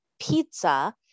pizza